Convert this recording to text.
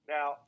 Now